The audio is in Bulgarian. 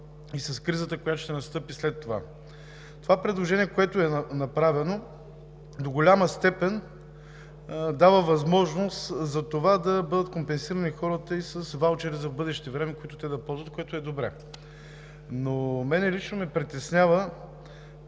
и с кризата, която ще настъпи след това. Това предложение, което е направено, до голяма степен дава възможност за това да бъдат компенсирани хората и с ваучери за вбъдеще време, които те да ползват, което е добре. Но мен лично ме притеснява